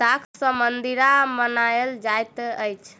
दाख सॅ मदिरा बनायल जाइत अछि